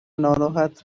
ناراحت